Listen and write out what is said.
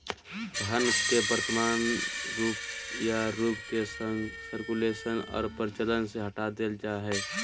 धन के वर्तमान रूप या रूप के सर्कुलेशन और प्रचलन से हटा देल जा हइ